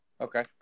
Okay